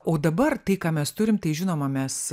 o dabar tai ką mes turim tai žinoma mes